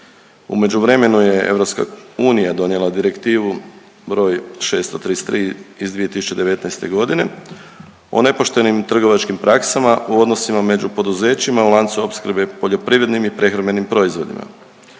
U međuvremenu je EU donijela Direktivu br. 633 iz 2019.g. o nepoštenim trgovačkim praksama u odnosima među poduzećima u lancu opskrbe poljoprivrednim i prehrambenim proizvodima.